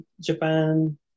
Japan